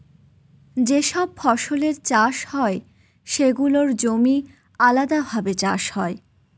যে সব ফসলের চাষ হয় সেগুলোর জমি আলাদাভাবে চাষ হয়